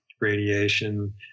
radiation